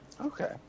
Okay